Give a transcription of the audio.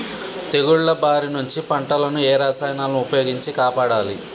తెగుళ్ల బారి నుంచి పంటలను ఏ రసాయనాలను ఉపయోగించి కాపాడాలి?